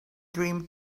dream